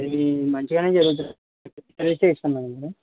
ఇది మంచిగా జరుగుతుంది రేట్ వేస్తాను మేడం నేను